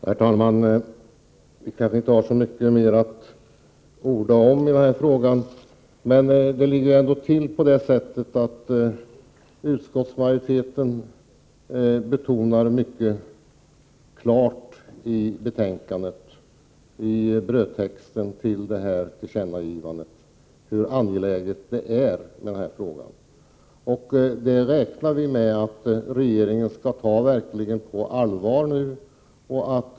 Herr talman! Vi kanske inte har så mycket mer att orda om i den här frågan. Men det ligger ändå till på det sättet att utskottsmajoriteten betonar mycket klart i betänkandet, i brödtexten till tillkännagivandet, hur angelägen den här frågan är. Det räknar vi med att regeringen verkligen skall ta på allvar.